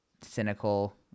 cynical